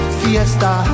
fiesta